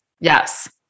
Yes